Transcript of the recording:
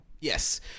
yes